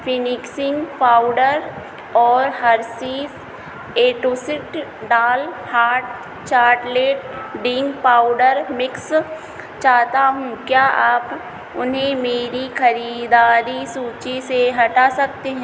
फिमिक्सिंग powder और Hershey's a two सिड डाल hard chocolate ding powder mix चाहता हूँ क्या आप उन्हें मेरी खरीदारी सूची से हटा सकते हैं